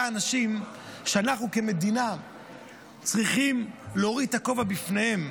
אלו האנשים שאנחנו כמדינה צריכים להוריד את הכובע בפניהם.